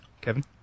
Kevin